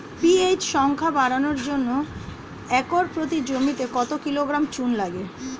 PH সংখ্যা বাড়ানোর জন্য একর প্রতি জমিতে কত কিলোগ্রাম চুন লাগে?